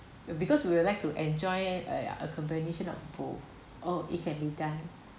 because we would like to enjoy a a combination of both oh it can be done